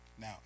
Now